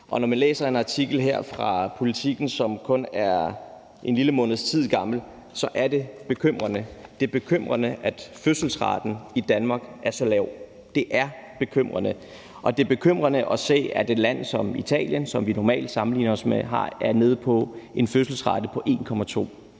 Og når man læser en artikel her fra Politiken, som kun er en lille måneds tid gammel, så er det bekymrende. Det er bekymrende, at fødselsraten i Danmark er så lav. Det er bekymrende. Og det er bekymrende at se, at et land som Italien, som vi normalt sammenligner os med, er nede på en fødselsrate på 1,2.